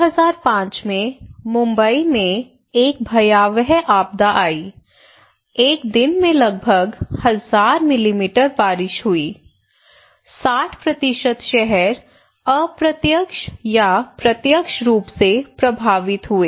2005 में मुंबई में एक भयावह आपदा आई एक दिन में लगभग 1000 मिलीमीटर बारिश हुई 60 शहर अप्रत्यक्ष या प्रत्यक्ष रूप से प्रभावित हुआ